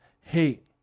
hate